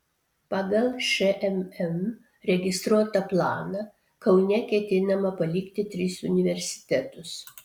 pagal šmm registruotą planą kaune ketinama palikti tris universitetus